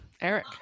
Eric